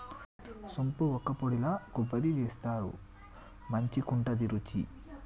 సోంపు వక్కపొడిల కొబ్బరి వేస్తారు మంచికుంటది రుచి